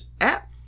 app